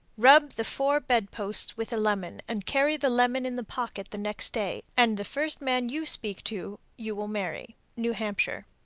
rub the four bed-posts with a lemon and carry the lemon in the pocket the next day, and the first man you speak to you will marry. new hampshire.